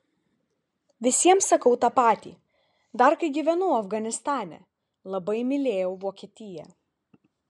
visiems sakau tą patį dar kai gyvenau afganistane labai mylėjau vokietiją